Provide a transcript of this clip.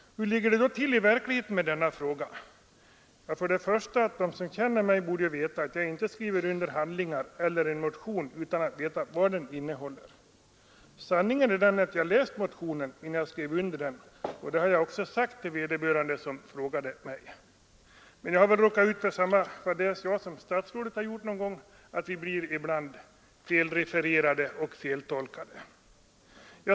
Hur ligger det då till i verkligheten? De som känner mig vet att jag inte skriver under handlingar eller en motion utan att veta innehållet. Sanningen är alltså att jag läste motionen innan jag skrev under den. Det har jag också sagt till den tidningsman som frågade mig. Men jag har väl råkat ut för samma fadäs som statsrådet har gjort någon gång, att ha blivit felrefererad och feltolkad.